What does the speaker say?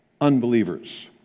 unbelievers